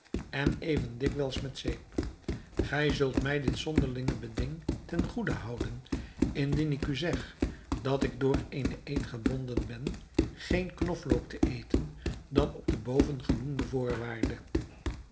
en even dikwijls met zeep gij zult mij dit zonderlinge beding ten goede houden indien ik u zeg dat ik door eenen eed gebonden ben geen knoflook te eten dan op de bovengenoemde voorwaarde